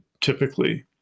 typically